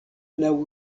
laŭ